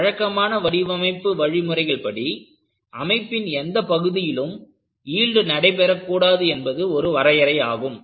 வழக்கமான வடிவமைப்பு வழிமுறைகள் படி அமைப்பின் எந்த பகுதியிலும் யீல்டு நடைபெற கூடாது என்பது ஒரு வரையறை ஆகும்